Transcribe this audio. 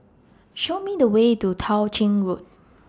Show Me The Way to Tao Ching Road